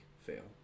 fail